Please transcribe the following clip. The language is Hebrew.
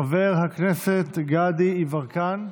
חבר הכנסת גדי יברקן,